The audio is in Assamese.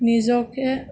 নিজকে